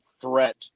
threat